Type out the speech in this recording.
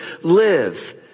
live